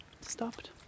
stopped